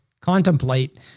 contemplate